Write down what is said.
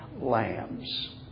lambs